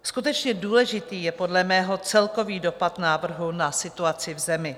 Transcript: Skutečně důležitý je podle mého celkový dopad návrhu na situaci v zemi.